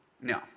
No